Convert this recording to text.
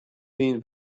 wyn